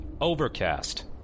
Overcast